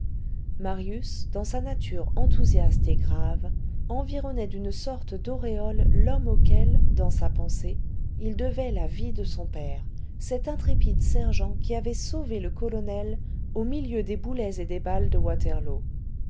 marius dans sa nature enthousiaste et grave environnait d'une sorte d'auréole l'homme auquel dans sa pensée il devait la vie de son père cet intrépide sergent qui avait sauvé le colonel au milieu des boulets et des balles de waterloo